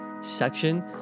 section